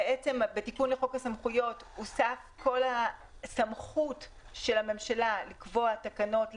ובתיקון לחוק הסמכויות הוספה כל הסמכות של הממשלה לקבוע תקנות לאיסור,